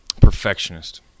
Perfectionist